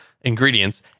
ingredients